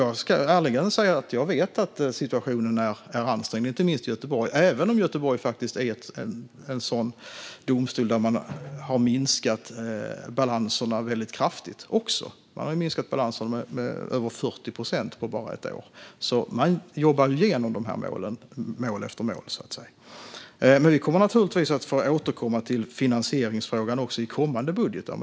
Jag kan ärligen säga att jag vet att situationen är ansträngd, inte minst i Göteborg även om man där har en domstol som har minskat balanserna väldigt kraftigt. Där har man minskat balanserna med över 40 procent på bara ett år. Man jobbar alltså igenom målen, mål efter mål. Vi kommer naturligtvis att få återkomma om finansieringsfrågan även i kommande budgetar.